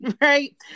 Right